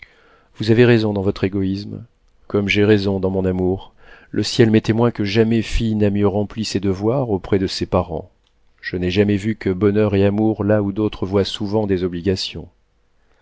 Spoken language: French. vous avez raison dans votre égoïsme comme j'ai raison dans mon amour le ciel m'est témoin que jamais fille n'a mieux rempli ses devoirs auprès de ses parents je n'ai jamais eu que bonheur et amour là où d'autres voient souvent des obligations